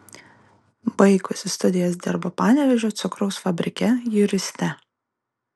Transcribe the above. baigusi studijas dirbo panevėžio cukraus fabrike juriste